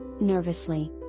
nervously